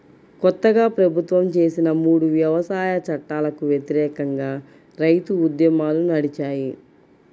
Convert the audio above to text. కొత్తగా ప్రభుత్వం చేసిన మూడు వ్యవసాయ చట్టాలకు వ్యతిరేకంగా రైతు ఉద్యమాలు నడిచాయి